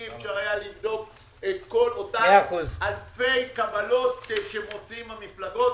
אי אפשר היה לבדוק אותן אלפי קבלות שמוציאות המפלגות.